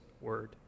word